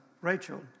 Rachel